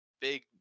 big